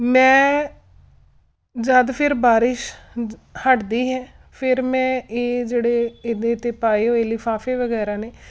ਮੈਂ ਜਦ ਫਿਰ ਬਾਰਿਸ਼ ਹਟਦੀ ਹੈ ਫਿਰ ਮੈਂ ਇਹ ਜਿਹੜੇ ਇਹਦੇ 'ਤੇ ਪਾਏ ਹੋਏ ਲਿਫਾਫੇ ਵਗੈਰਾ ਨੇ